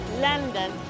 London